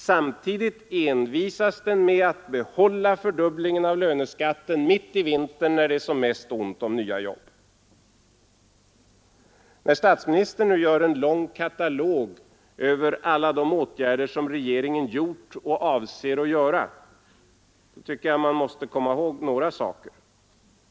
Samtidigt envisas den med att behålla fördubblingen av löneskatten mitt i vintern, när det är som mest ont om nya jobb. När statsministern nu gör en lång katalog över alla de åtgärder som regeringen vidtagit och avser att vidta tycker jag att man måste komma ihåg några saker.